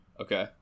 okay